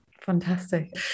Fantastic